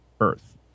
Earth